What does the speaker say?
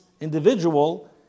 individual